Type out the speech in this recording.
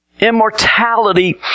immortality